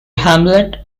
hamlet